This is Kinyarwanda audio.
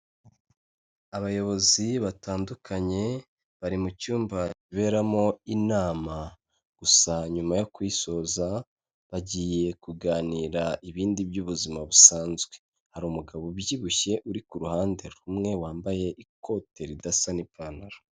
Abayobozi batandukanye bari mu cyumba kiberamo inama, gusa nyuma yo kuyisoza bagiye kuganira ibindi by'ubuzima busanzwe, hari umugabo ubyibushye uri ku ruhande rumwe, wambaye ikote ridasa n'ipantaro.